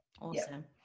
awesome